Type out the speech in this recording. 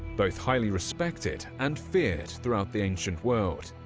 both highly respected and feared throughout the ancient world!